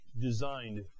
designed